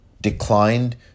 declined